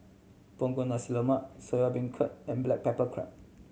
Punggol Nasi Lemak Soya Beancurd and black pepper crab